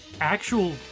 Actual